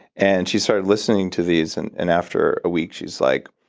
and she started listening to these, and and after a week, she's like,